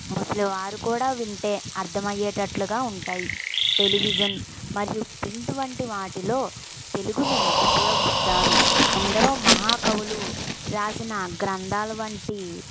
ముసలివారు కూడా వింటే అర్థమయ్యేటట్లుగా ఉంటాయి టెలివిజన్ మరియు ప్రింట్ వంటి వాటిలో తెలుగుని ఉపయోగిస్తారు ఎందరో మహాకవులు రాసిన గ్రంథాలు వంటి